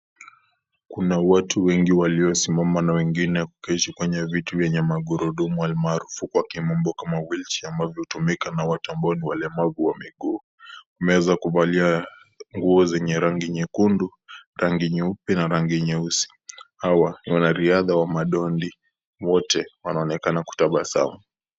Kuna watu wengi waliosimama na wengine kuketi kwenye viti vyenye magurudumu almarufu kwa kimombo kama wheelchair , ambavyo hutumika na watu ambao ni walemavu wa miguu. Meza kubwa ya kuvalia nguo zenye rangi nyekundu, rangi nyeupe na rangi nyeusi. Hawa ni wanariadha wa madondi, wote wanaonekana kutabasamu.